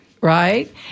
right